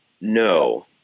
No